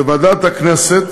בוועדת הכנסת